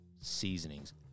seasonings